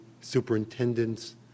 superintendents